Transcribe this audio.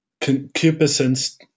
concupiscence